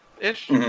ish